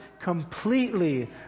completely